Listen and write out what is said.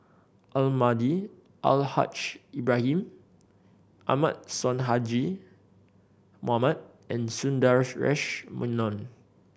Almahdi Al Haj Ibrahim Ahmad Sonhadji Mohamad and Sundaresh Menon